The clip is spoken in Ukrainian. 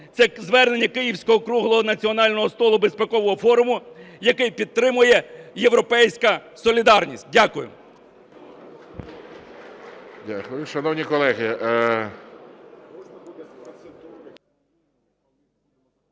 Це звернення київського круглого столу Національного безпекового форуму, який підтримує "Європейська солідарність". Дякую.